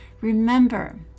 Remember